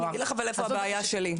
אני אגיד לך איפה הבעיה שלי,